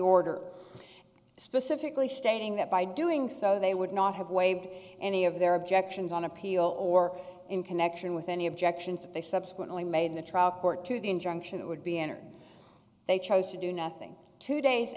order specifically stating that by doing so they would not have waived any of their objections on appeal or in connection with any objections they subsequently made in the trial court to the injunction that would be entered they chose to do nothing two days